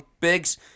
biggs